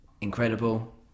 incredible